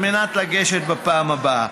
על מנת לגשת בפעם הבאה.